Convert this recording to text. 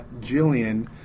Jillian